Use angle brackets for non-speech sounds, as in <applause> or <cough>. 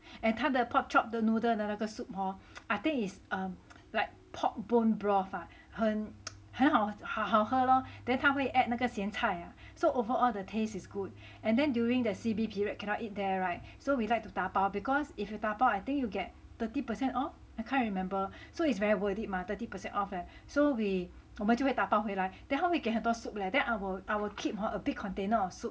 and 他的 pork chop 的 noodle 的那个 soup hor I think is um like pork bone broth ah 很 <noise> 很好喝 lor then then 他会 add 那个咸菜啊 so overall the taste is good and then during the C_B period cannot eat there [right] so we liked to dabao because if you dabao I think you get thirty percent off I can't remember so it's very worth it mah thirty percent off eh so we 我么就会打包回来 then 他会给很多 soup leh that I will I will keep hor a big container of soup